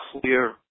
clear